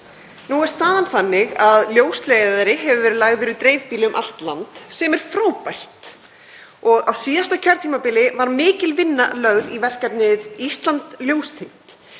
Nú er staðan þannig að ljósleiðari hefur verið lagður í dreifbýli um allt land, sem er frábært, og á síðasta kjörtímabili var mikil vinna lögð í verkefnið Ísland ljóstengt.